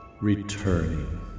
returning